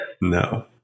no